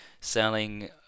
selling